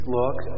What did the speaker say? look